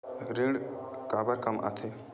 ऋण काबर कम आथे?